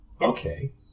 okay